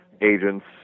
agents